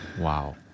Wow